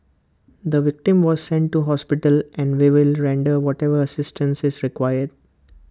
the victim was sent to hospital and we will render whatever assistance is required